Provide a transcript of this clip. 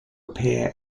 appear